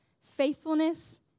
faithfulness